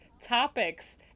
topics